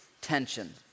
tension